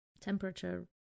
temperature